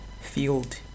field